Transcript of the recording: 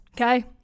okay